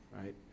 right